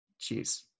Jeez